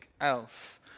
else